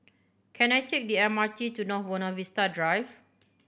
can I take the M R T to North Buona Vista Drive